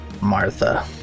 Martha